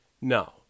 No